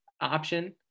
option